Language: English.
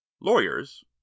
Lawyers